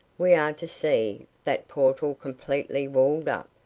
we are to see that portal completely walled up,